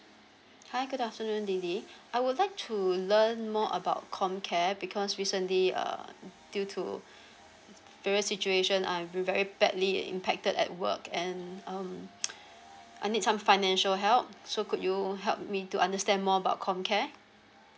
hi good afternoon lily I would like to learn more about comcare because recently uh due to various situation I've been very badly impacted at work and um I need some financial help so could you help me to understand more about comcare